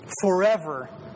forever